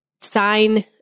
sign